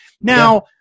now